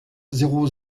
zéro